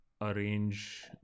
arrange